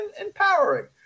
empowering